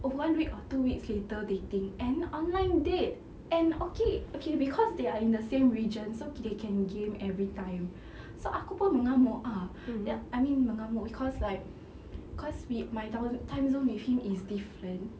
of one week or two weeks later dating and online date and okay okay cause they are in the same region so they can game every time so aku pun mengamuk ah ya I mean mengamuk cause like cause we my download timezone with him is different